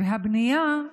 הבנייה,